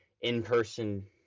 in-person